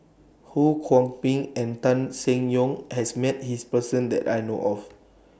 Ho Kwon Ping and Tan Seng Yong has Met His Person that I know of